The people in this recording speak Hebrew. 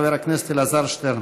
חבר הכנסת אלעזר שטרן.